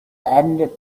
and